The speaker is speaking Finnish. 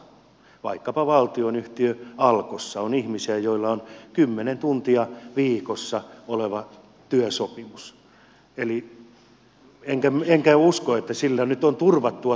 meillä tässä maassa vaikkapa valtionyhtiö alkossa on ihmisiä joilla on kymmenen tuntia viikossa oleva työsopimus enkä usko että sillä nyt on turvattua toimeentuloa